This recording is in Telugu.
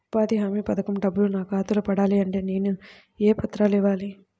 ఉపాధి హామీ పథకం డబ్బులు నా ఖాతాలో పడాలి అంటే నేను ఏ పత్రాలు ఇవ్వాలి?